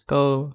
kau